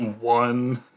one